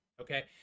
okay